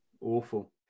Awful